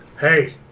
Hey